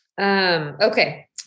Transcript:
Okay